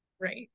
right